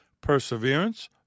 perseverance